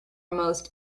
most